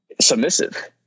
submissive